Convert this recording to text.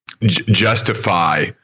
justify